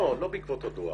לא בעקבות הדוח.